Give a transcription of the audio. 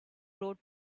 road